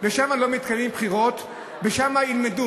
ששם לא מתקיימות בחירות ושם ילמדו?